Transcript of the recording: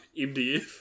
MDF